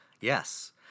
Yes